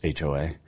HOA